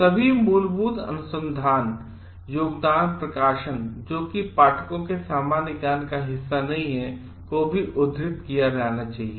सभी मूलभूत अनुसंधान योगदान प्रकाशन जो कि पाठकों के सामान्य ज्ञान का हिस्सा नहीं हैं को भी उद्धृत किया जाना चाहिए